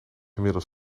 inmiddels